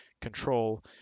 control